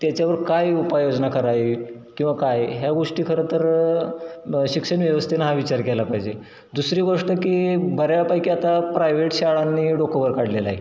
त्याच्यावर काय उपायोजना करावी किंवा काय ह्या गोष्टी खरं तर शिक्षण व्यवस्थेने हा विचार केला पाहिजे दुसरी गोष्ट की बऱ्यापैकी आता प्रायव्हेट शाळांनी डोकंवर काढलेले आहे